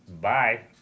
Bye